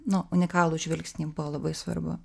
nu unikalų žvilgsnį buvo labai svarbu